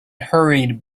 hurried